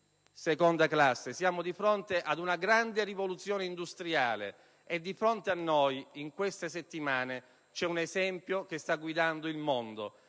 seconda classe. Siamo di fronte ad una grande rivoluzione industriale e di fronte a noi, in queste settimane, vi è un esempio che sta guidando il mondo